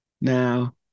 Now